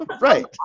Right